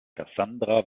cassandra